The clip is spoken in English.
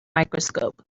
microscope